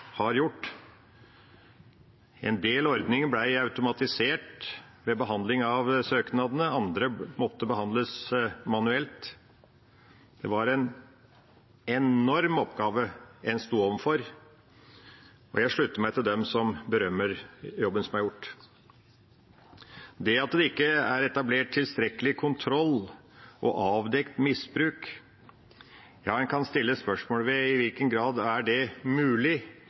En del ordninger ble automatisert ved behandling av søknadene. Andre måtte behandles manuelt. Det var en enorm oppgave en sto overfor. Jeg slutter meg til dem som berømmer jobben som er gjort. Når det gjelder at det ikke er etablert tilstrekkelig kontroll og avdekt misbruk, kan en stille spørsmål om i hvilken